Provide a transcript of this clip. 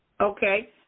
okay